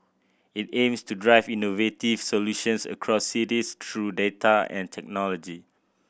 it aims to drive innovative solutions across cities through data and technology